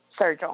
Sergio